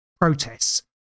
protests